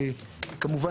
כמובן,